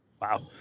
Wow